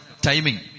Timing